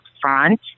front